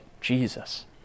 Jesus